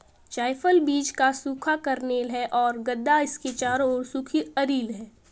जायफल बीज का सूखा कर्नेल है और गदा इसके चारों ओर सूखी अरिल है